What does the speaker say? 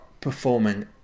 performing